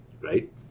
right